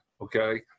Okay